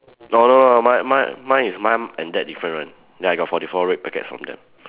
no no no mine mine mine is mum and dad different one ya I got forty four red packets from them